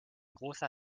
großer